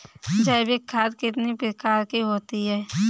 जैविक खाद कितने प्रकार की होती हैं?